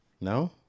No